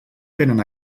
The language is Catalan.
tenen